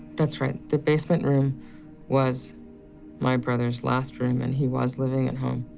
that's right, the basement room was my brother's last room, and he was living at home,